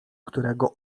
którego